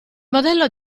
modello